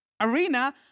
arena